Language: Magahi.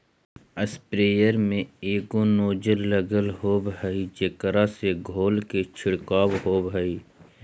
स्प्रेयर में एगो नोजल लगल होवऽ हई जेकरा से धोल के छिडकाव होवऽ हई